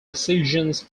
decisions